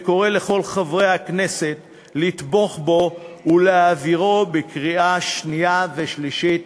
ואני קורא לכל חברי הכנסת לתמוך בו ולהעבירו בקריאה שנייה ושלישית.